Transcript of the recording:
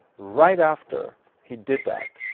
right after he did that,